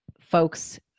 folks